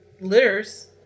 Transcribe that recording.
litters